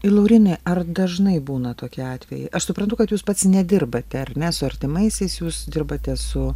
laurynai ar dažnai būna tokie atvejai aš suprantu kad jūs pats nedirbate ar ne su artimaisiais jūs dirbate su